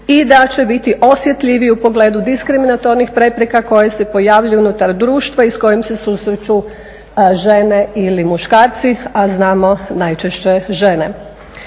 i da će biti osjetljiviji u pogledu diskriminatornih prepreka koje se pojavljuju unutar društva i s kojim se susreću žene ili muškarci, a znamo najčešće žene.